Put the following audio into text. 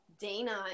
Dana